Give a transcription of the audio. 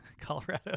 Colorado